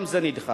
גם זה נדחה.